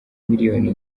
miliyoni